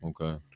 okay